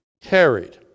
carried